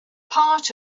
part